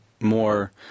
more